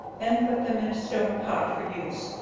then put them in a stone pot for use,